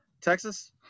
Texas